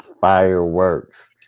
Fireworks